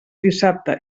dissabte